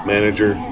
Manager